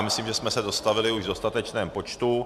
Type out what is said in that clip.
Myslím, že jsme se dostavili už v dostatečném počtu.